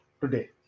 today